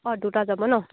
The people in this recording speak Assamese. অঁ দুটা যাব ন